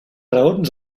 raons